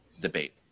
debate